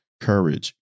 courage